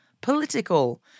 political